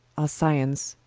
our syens,